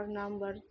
number